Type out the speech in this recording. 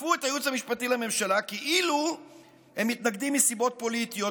תקפו את הייעוץ המשפטי הממשלה כאילו הם מתנגדים מסיבות פוליטיות,